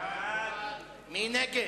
מי נגד?